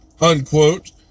unquote